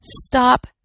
Stop